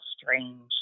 strange